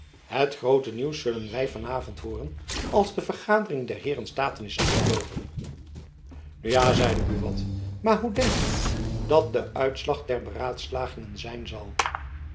het groote nieuws zullen wy van avond hooren als de vergadering der heeren staten is afgeloopen nu ja zeide buat maar hoe denkt men dat de uitslag der beraadslagingen zijn zal